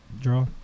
draw